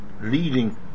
leading